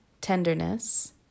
tenderness